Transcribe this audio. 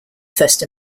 first